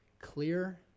clear